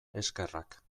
eskerrak